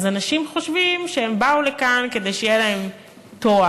אז אנשים חושבים שהם באו לכאן כדי שיהיה להם תואר,